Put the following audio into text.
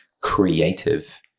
creative